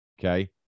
okay